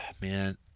man